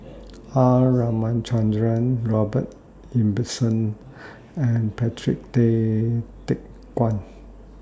R Ramachandran Robert Ibbetson and Patrick Tay Teck Guan